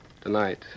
Tonight